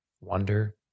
wonder